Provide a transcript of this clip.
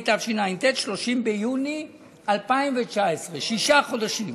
התשע"ט (30 ביוני 2019)" שישה חודשים,